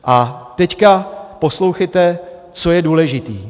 A teď poslouchejte, co je důležité.